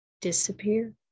disappear